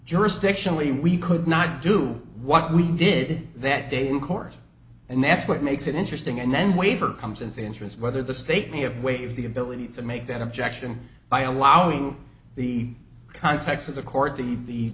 jurisdictionally we could not do what we did that day in court and that's what makes it interesting and then waiver comes into interest whether the state may have waived the ability to make that objection by allowing the context of the court the